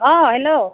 অঁ হেল্ল'